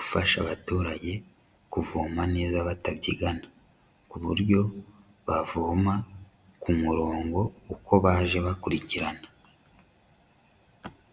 ufasha abaturage kuvoma neza batabyigana, ku buryo bavoma ku murongo uko baje bakurikirana.